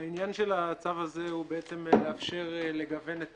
העניין של הצו הזה הוא בעצם לאפשר לגוון את